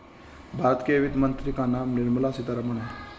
भारत के वित्त मंत्री का नाम निर्मला सीतारमन है